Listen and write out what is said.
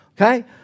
okay